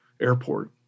airport